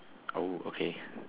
oh okay